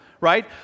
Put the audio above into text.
right